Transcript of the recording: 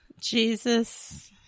Jesus